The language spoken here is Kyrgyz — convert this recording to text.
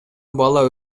бала